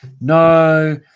no